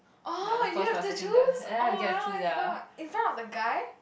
orh you have to choose oh my oh-my-god in front of the guy